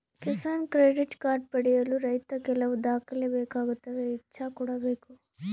Kisan credit card ಪಡೆಯಲು ರೈತ ಕೆಲವು ದಾಖಲೆ ಬೇಕಾಗುತ್ತವೆ ಇಚ್ಚಾ ಕೂಡ ಬೇಕು